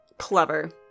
Clever